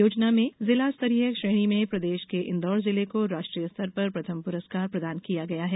योजना में जिला स्तरीय श्रेणी में प्रदेश के इंदौर जिले को राष्ट्रीय स्तर पर प्रथम पुरस्कार प्रदान किया गया है